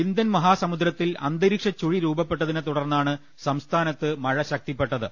Indian മഹാസമുദ്രത്തിൽ അന്തരീക്ഷച്ചുഴി രൂപപ്പെട്ടതിനെതുടർന്നാണ് സംസ്ഥാനത്ത് മഴ ശക്തിപ്പെട്ടത്